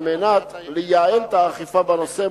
על מנת לייעל את האכיפה בנושא,